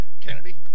Kennedy